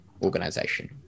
Organization